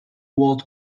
word